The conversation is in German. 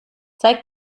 zeig